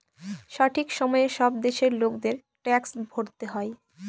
সঠিক সময়ে সব দেশের লোকেদের ট্যাক্স ভরতে হয়